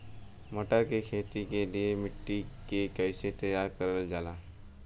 मटर की खेती के लिए मिट्टी के कैसे तैयार करल जाला?